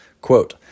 Quote